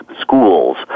schools